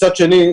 מצד שני,